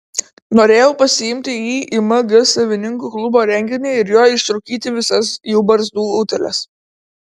norėjau pasiimti jį į mg savininkų klubo renginį ir juo išrūkyti visas jų barzdų utėles